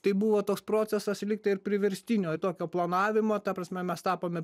tai buvo toks procesas lyg tai ir priverstinio tokio planavimo ta prasme mes tapome